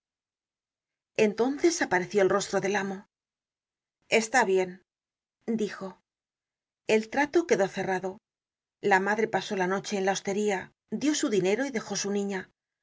entonces apareció el rostro del amo está bien dijo el trato quedó cerrado la madre pasó la noche en la hosteria dió su dinero y dejó su niña ató